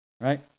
right